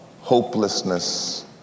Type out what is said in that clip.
hopelessness